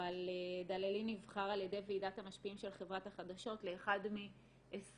אבל דללין נבחר על ידי ועידת המשפיעים של חברת החדשות לאחד מ-20